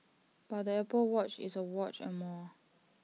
but the Apple watch is A watch and more